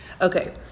Okay